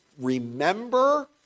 remember